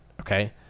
okay